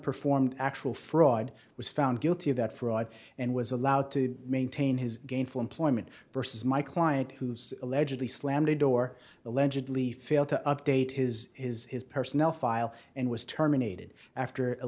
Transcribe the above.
performed actual fraud was found guilty of that fraud and was allowed to maintain his gainful employment versus my client who allegedly slammed a door allegedly failed to update his his personnel file and was terminated after a